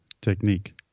technique